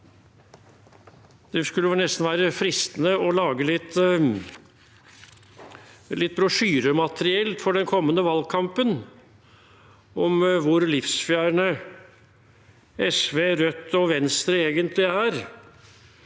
Det kunne nesten være fristende å lage litt brosjyremateriell for den kommende valgkampen om hvor livsfjerne SV, Rødt og Venstre egentlig er